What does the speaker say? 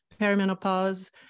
perimenopause